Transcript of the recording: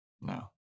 No